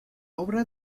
obra